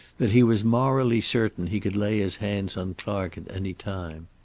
that he was morally certain he could lay his hands on clark at any time.